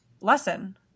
lesson